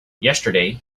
yesterday